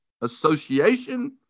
Association